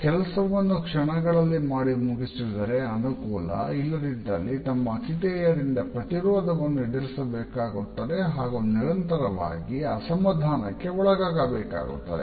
ಕೆಲಸವನ್ನು ಕ್ಷಣಗಳಲ್ಲಿ ಮಾಡಿ ಮುಗಿಸಿದರೆ ಅನುಕೂಲ ಇಲ್ಲದಿದ್ದಲ್ಲಿ ತಮ್ಮ ಆತಿಥೇಯರಿಂದ ಪ್ರತಿರೋಧವನ್ನು ಎದುರಿಸಬೇಕಾಗುತ್ತದೆ ಹಾಗೂ ನಿರಂತರವಾಗಿ ಅಸಮಾಧಾನಕ್ಕೆ ಒಳಗಾಗಬೇಕಾಗುತ್ತದೆ